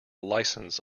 licence